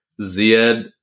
Ziad